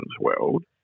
world